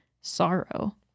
sorrow